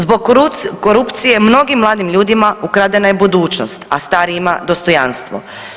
Zbog korupcije mnogim mladim ljudima ukradena je budućnost, a starijima dostojanstvo.